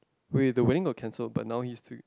wait the wedding got cancelled but now he's still